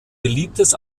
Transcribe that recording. beliebtes